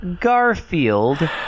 Garfield